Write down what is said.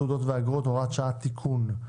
תעודות ואגרות) (הוראת שעה) (תיקון),